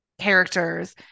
characters